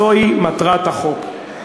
זוהי מטרת החוק.